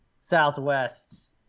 Southwest